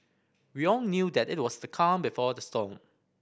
we all knew that it was the calm before the storm